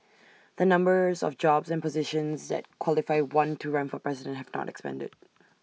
the numbers of jobs and positions that qualify one to run for president have not expanded